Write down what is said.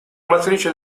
matrice